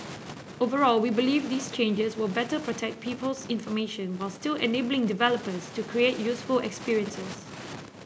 overall we believe these changes will better protect people's information while still enabling developers to create useful experiences